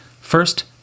First